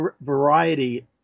variety